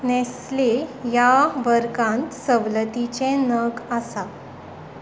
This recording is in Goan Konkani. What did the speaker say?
नॅस्ले ह्या वर्गांत सवलतीचे नग आसा